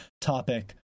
topic